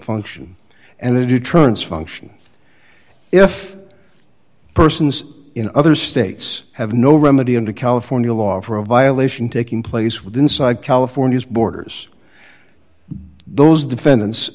function and it turns function if persons in other states have no remedy in to california law for a violation taking place with inside california's borders those defendants